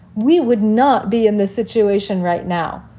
we would not be in this situation right now.